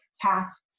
tasks